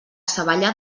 savallà